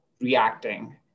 reacting